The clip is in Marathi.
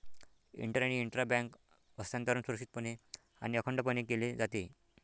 इंटर आणि इंट्रा बँक हस्तांतरण सुरक्षितपणे आणि अखंडपणे केले जाते